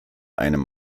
einem